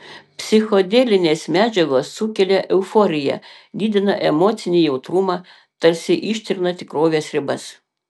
psichodelinės medžiagos sukelia euforiją didina emocinį jautrumą tarsi ištrina tikrovės ribas